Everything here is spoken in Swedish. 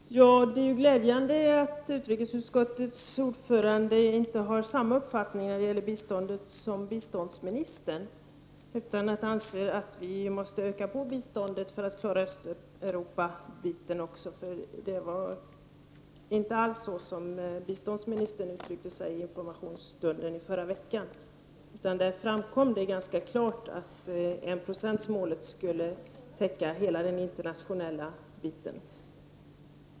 Herr talman! Det är glädjande att utrikesutskottets ordförande inte har samma uppfattning när det gäller biståndet som biståndsministern utan anser att vi måste öka biståndet för att klara även stödet till Östeuropa — det var inte alls så som biståndsministern uttryckte sig vid informationsstunden i förra veckan. Där framkom det ganska klart att enprocentsmålet skulle täcka hela det internationella engagemanget.